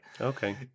okay